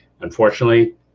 Unfortunately